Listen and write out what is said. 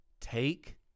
Take